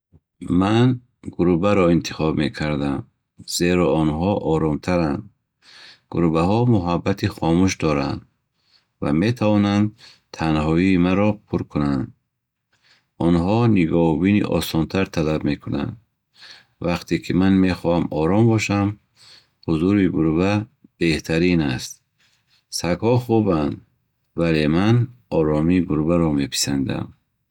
Ман гурбаро интихоб мекардам, зеро онҳо оромтаранд. Гурбаҳо муҳаббати хомӯш доранд ва метавонанд танҳоии маро пур кунанд. Онҳо нигоҳубини осонтар талаб мекунанд. Вақте ки ман мехоҳам ором бошам, ҳузури гурба беҳтарин аст. Сагҳо хубанд, вале ман оромии гурбаро меписандам.